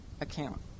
account